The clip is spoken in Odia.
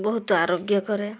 ବହୁତ ଆରୋଗ୍ୟ କରେ